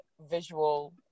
visual